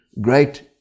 great